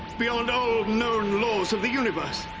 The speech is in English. beyond all known laws of the universe!